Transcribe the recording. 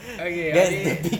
okay I mean